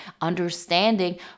understanding